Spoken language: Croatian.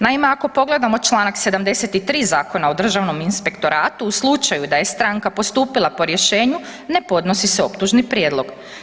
Naime, ako pogledamo čl. 73 Zakona o Državnom inspektoratu, u slučaju da je stranka postupila po rješenju, ne podnosi se optužni prijedlog.